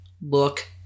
look